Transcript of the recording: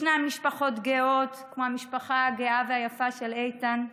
ישנן משפחות גאות כמו המשפחה הגאה והיפה של איתן,